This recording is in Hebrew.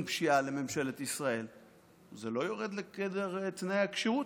פשיעה לממשלת ישראל זה לא יורד לגדר תנאי הכשירות,